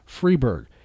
Freeberg